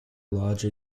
large